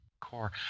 Core